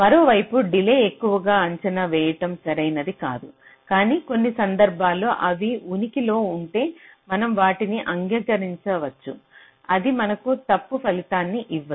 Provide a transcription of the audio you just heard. మరో వైపు డిలే ఎక్కువగా అంచనా వేయటం సరైనది కాదు కానీ కొన్ని సందర్భాల్లో అవి ఉనికి లో ఉంటే మనం వాటిని అంగీకరించ వచ్చు అది మనకు తప్పు ఫలితాన్ని ఇవ్వదు